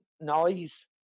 noise